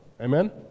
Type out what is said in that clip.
Amen